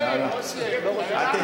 לא, לא.